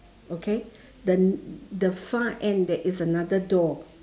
okay the the far end there is another door